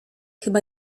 chyba